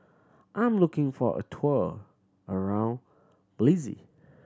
I am looking for a tour around Belize